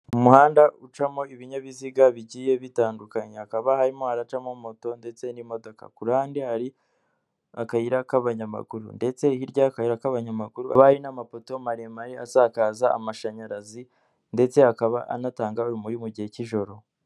Umuhanda ucamo ibinyabiziga bigiye bitandukanye. Hakaba harimo haracamo moto ndetse n'imodoka. Ku rahande hari akayira k'abanyamaguru. Ndetse hirya y'akayira k'abanyamaguru hakaba hari n'amapoto maremare asakaza amashanyarazi, ndetse akaba anatanga urumuri mu gihe cy'ijoro.